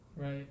Right